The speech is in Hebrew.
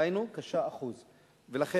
דהיינו, 9%. לכן,